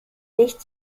nicht